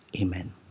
Amen